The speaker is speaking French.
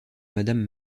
madame